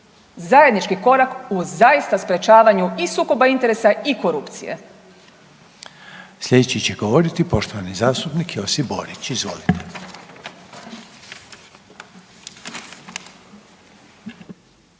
zajednički korak u zaista sprječavanju i sukoba interesa i korupcije. **Reiner, Željko (HDZ)** Slijedeći će govoriti poštovani zastupnik Josip Borić, izvolite.